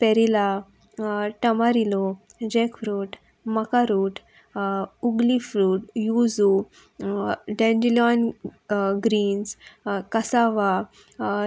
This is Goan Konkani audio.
पेरिला tamarillo jack root maca root ugli fruit yuzu dandelion greens cassava